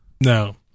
No